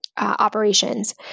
operations